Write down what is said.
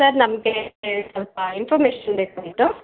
sir ನಮಗೆ ಸ್ವಲ್ಪ information ಬೇಕಾಗಿತ್ತು